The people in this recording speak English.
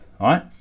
right